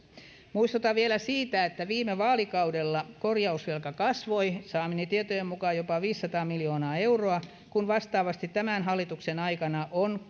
muistutan vielä siitä että viime vaalikaudella korjausvelka kasvoi saamieni tietojen mukaan jopa viisisataa miljoonaa euroa kun vastaavasti tämän hallituksen aikana on